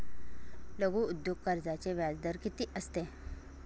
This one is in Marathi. लघु उद्योग कर्जाचे व्याजदर किती असते?